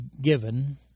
given